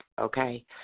okay